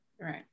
Right